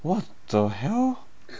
what the hell